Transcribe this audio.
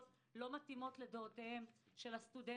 לא מתאימות לדעותיהם של הסטודנטים.